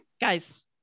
Guys